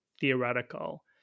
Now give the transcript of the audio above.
theoretical